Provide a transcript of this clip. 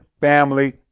family